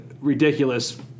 ridiculous